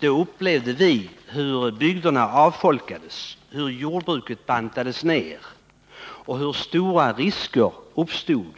Då upplevde vi hur bygderna avfolkades, hur jordbruket bantades ner och hur stora risker uppstod